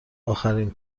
اخرین